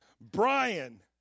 Brian